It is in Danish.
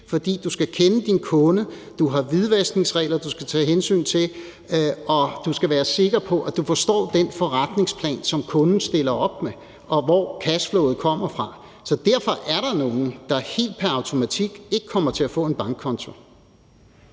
fordi du skal kende din kunde; du har hvidvaskningsregler, du skal tage hensyn til, og du skal være sikker på, at du forstår den forretningsplan, som kunden stiller op med, og hvor cashflowet kommer fra. Så derfor er der nogle, der helt pr. automatik ikke kommer til at få en bankkonto.